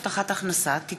הצעת חוק הבטחת הכנסה (תיקון,